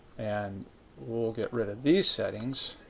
and we'll we'll get rid of these settings